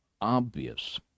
obvious